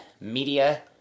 media